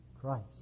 Christ